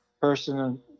person